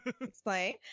explain